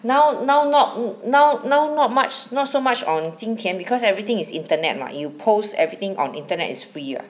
now now not now not not much not so much on 金钱 because everything is internet mah you post everything on internet it's free [what]